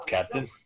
Captain